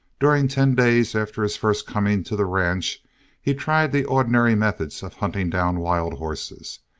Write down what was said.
during ten days after his first coming to the ranch he tried the ordinary methods of hunting down wild horses,